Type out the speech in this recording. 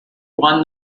won